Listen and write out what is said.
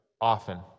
often